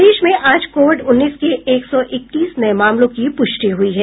प्रदेश में आज कोविड उन्नीस के एक सौ इकतीस नये मामलों की पुष्टि हुई है